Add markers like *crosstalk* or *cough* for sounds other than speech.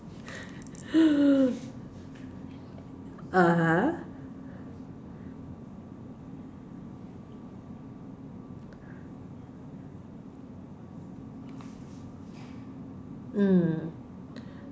*noise* (uh huh) mm